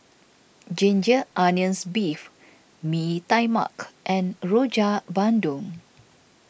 Ginger Onions Beef Mee Tai Mak and Rojak Bandung